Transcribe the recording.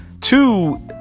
Two